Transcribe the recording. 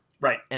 Right